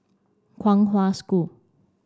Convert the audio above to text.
Kong Hwa School